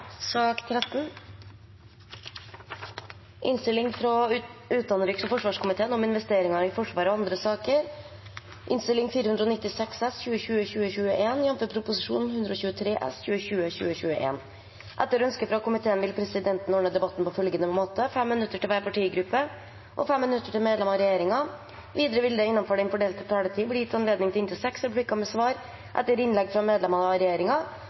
sak nr. 12. Etter ønske fra utenriks- og forsvarskomiteen vil presidenten ordne debatten på følgende måte: 5 minutter til hver partigruppe og 5 minutter til medlemmer av regjeringen. Videre vil det – innenfor den fordelte taletid – bli gitt anledning til inntil seks replikker med svar etter innlegg fra medlemmer av